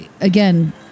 again